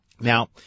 Now